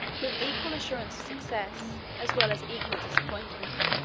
with equal assurance of success, as well as equal disappointment.